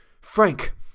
Frank